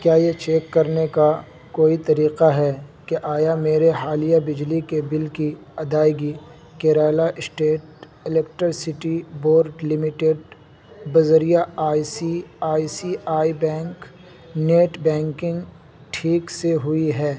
کیا یہ چیک کرنے کا کوئی طریقہ ہے کہ آیا میرے حالیہ بجلی کے بل کی ادائیگی Kerala state electricity board limited بذریعہ آئی سی آئی سی آئی بینک نیٹ بینکنگ ٹھیک سے ہوئی ہے